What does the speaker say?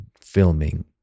filming